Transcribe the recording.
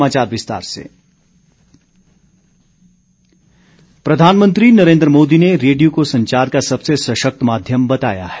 मन की बात प्रधानमंत्री नरेन्द्र मोदी ने रेडियो को संचार का सबसे सशक्त माध्यम बताया है